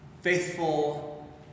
faithful